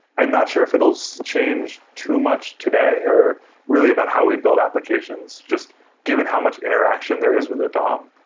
i'm not sure if it will change too much today or really about how we build applications just given how much interaction there is with a dom.